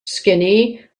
skinny